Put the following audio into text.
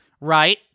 Right